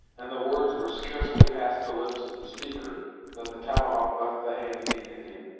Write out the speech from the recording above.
and the words were scarcely past the lips of the speaker than the tomahawk left the hand of the indian.